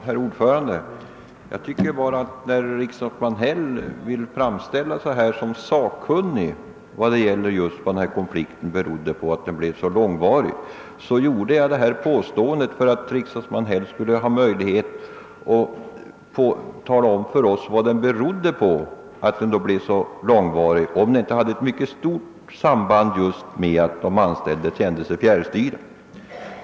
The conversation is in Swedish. Herr talman! När riksdagsman Häll vill framställa sig som sakkunnig i fråga om orsaken till att konflikten blev så långvarig, ifrågasatte jag — för att riksdagsman Häll skulle "ha möjlighet att tala om för oss dessa orsaker — om inte konfliktens längd haft ett mycket stort samband just med att de anställda kände sig fjärrstyrda.